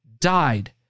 died